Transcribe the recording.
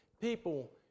people